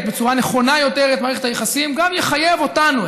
בצורה נכונה יותר את מערכת היחסים גם יחייב אותנו,